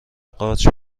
قارچ